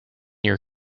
your